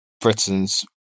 Britain's